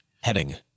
Heading